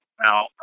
Now